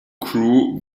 crew